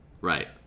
Right